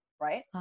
Right